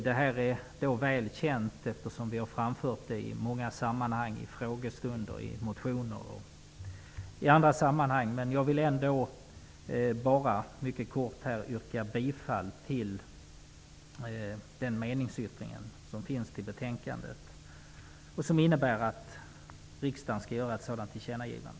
Det här är väl känt, eftersom vi har framfört det i många sammanhang; under frågestunder, i motioner och andra sammanhang. Men jag vill ändå yrka bifall till den meningsyttring som fogats till betänkandet och som innebär att riksdagen skall göra ett sådant tillkännagivande.